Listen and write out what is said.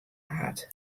hat